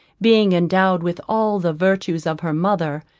being endowed with all the virtues of her mother,